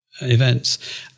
events